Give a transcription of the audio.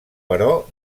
però